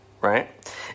right